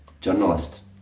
journalist